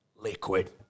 Liquid